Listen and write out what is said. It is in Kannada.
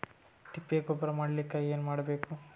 ತಿಪ್ಪೆ ಗೊಬ್ಬರ ಮಾಡಲಿಕ ಏನ್ ಮಾಡಬೇಕು?